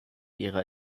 ihrer